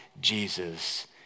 Jesus